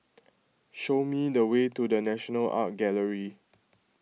show me the way to the National Art Gallery